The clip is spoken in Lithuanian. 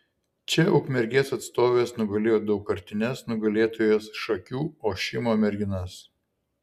čia ukmergės atstovės nugalėjo daugkartines nugalėtojas šakių ošimo merginas